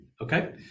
Okay